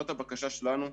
זאת הבקשה שלנו.